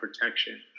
protection